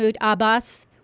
Abbas